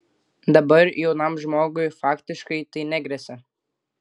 dabar jaunam žmogui faktiškai tai negresia